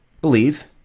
Believe